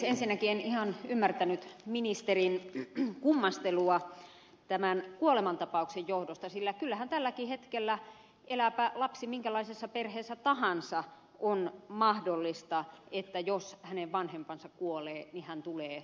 ensinnäkin en ihan ymmärtänyt ministerin kummastelua tämän kuolemantapauksen johdosta sillä kyllähän tälläkin hetkellä elääpä lapsi minkälaisessa perheessä tahansa on mahdollista että jos hänen vanhempansa kuolee niin hän tulee adoptoiduksi